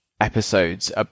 episodes